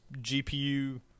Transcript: GPU